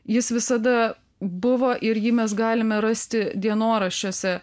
jis visada buvo ir jį mes galime rasti dienoraščiuose